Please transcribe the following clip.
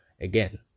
again